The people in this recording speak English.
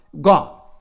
gone